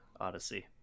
odyssey